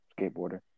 skateboarder